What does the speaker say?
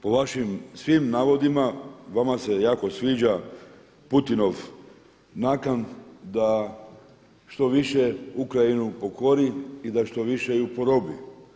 Po vašim svim navodima vama se jako sviđa Putinov nakan da što više Ukrajinu pokori i da što više ju porobi.